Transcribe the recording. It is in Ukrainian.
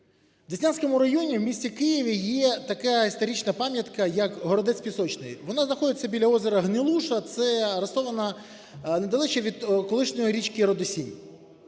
В Деснянському районі в місті Києві є така історична пам'ятка, як Городець Пісочний. Вона знаходиться біля озера Гнилуша, це розташовано недалеко від колишньої річки Радосинь.